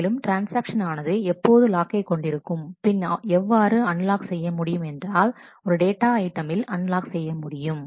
மேலும் ட்ரான்ஸ்ஆக்ஷன் ஆனது எப்போது லாக்கை கொண்டிருக்கும் பின் எவ்வாறு அன்லாக் செய்ய முடியும் என்றாள் ஒரே டேட்டா ஐட்டமில் அன்லாக் செய்ய முடியும்